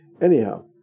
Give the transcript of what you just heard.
Anyhow